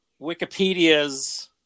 Wikipedia's